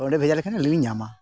ᱚᱸᱰᱮ ᱵᱷᱮᱡᱟ ᱞᱮᱠᱷᱟᱱ ᱟᱹᱞᱤᱧ ᱞᱤᱧ ᱧᱟᱢᱟ